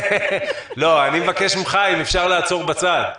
לא, אני מבקש ממך לעצור בצד.